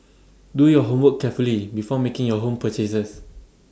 do your homework carefully before making your home purchases